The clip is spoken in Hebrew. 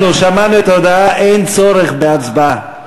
שמענו את ההודעה, אין צורך בהצבעה.